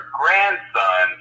grandson